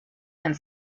and